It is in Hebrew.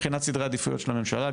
מבחינת סדרי העדיפויות של הממשלה,